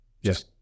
yes